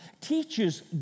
teachers